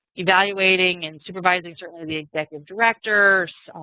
evaluating and supervising certainly the executive directors,